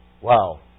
Wow